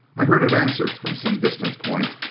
i heard it answered from some distant point.